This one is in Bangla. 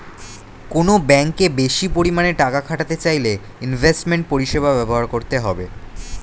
কোনো ব্যাঙ্কে বেশি পরিমাণে টাকা খাটাতে চাইলে ইনভেস্টমেন্ট পরিষেবা ব্যবহার করতে হবে